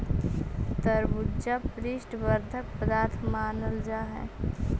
तरबूजा पुष्टि वर्धक पदार्थ मानल जा हई